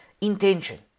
intention